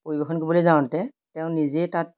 পৰিৱেশন কৰিবলৈ যাওঁতে তেওঁ নিজেই তাত